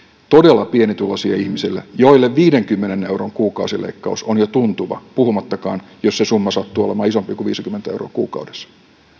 todella pienituloisia ihmisiä joille viidenkymmenen euron kuukausileikkaus on jo tuntuva puhumattakaan jos se summa sattuu olemaan isompi kuin viisikymmentä euroa kuukaudessa